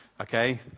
Okay